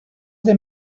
they